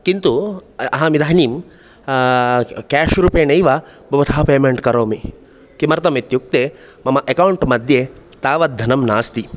किन्तु अहमिदानीं केश्रूपेणैव भवतः पेमेण्ट् करोमि किमर्थमित्युक्ते मम अकौण्ट् मध्ये तावद्धनं नास्ति